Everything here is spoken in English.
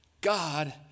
God